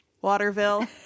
Waterville